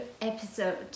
episode